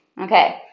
Okay